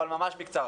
אבל ממש בקצרה.